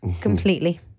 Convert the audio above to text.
completely